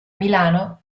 milano